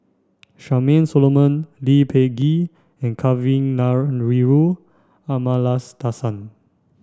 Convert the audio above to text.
Charmaine Solomon Lee Peh Gee and Kavignareru Amallathasan